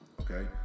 Okay